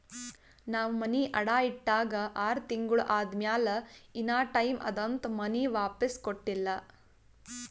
ನಾವ್ ಮನಿ ಅಡಾ ಇಟ್ಟಾಗ ಆರ್ ತಿಂಗುಳ ಆದಮ್ಯಾಲ ಇನಾ ಟೈಮ್ ಅದಂತ್ ಮನಿ ವಾಪಿಸ್ ಕೊಟ್ಟಿಲ್ಲ